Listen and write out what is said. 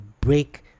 break